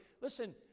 listen